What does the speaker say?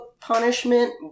punishment